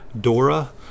Dora